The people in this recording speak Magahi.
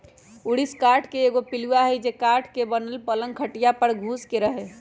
ऊरिस काठ के एगो पिलुआ हई जे काठ के बनल पलंग खटिया पर घुस के रहहै